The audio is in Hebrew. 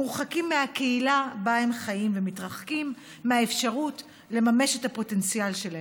מורחקים מהקהילה שבה הם חיים ומתרחקים מהאפשרות לממש את הפוטנציאל שלהם.